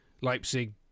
Leipzig